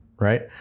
right